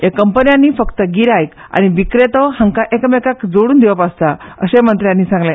या कंपन्यांनी फक्त गिराायक आनी विकेतो हांका एकामेकाक जोड्रन दिवप आसता अशेय मंत्रयांनी सांगले